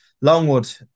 Longwood